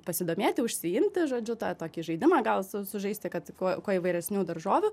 pasidomėti užsiimti žodžiu tą tokį žaidimą gal su sužaisti kad kuo kuo įvairesnių daržovių